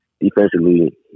defensively